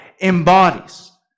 embodies